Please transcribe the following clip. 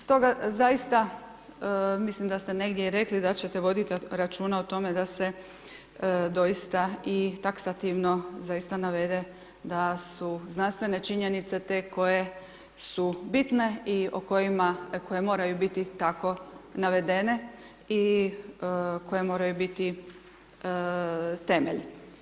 Stoga zaista mislim da ste negdje rekli da ćete voditi računa o tome da se doista i taksativno zaista navede da su znanstvene činjenice te koje su bitne i koje moraju biti tako navedene i koje moraju biti temelj.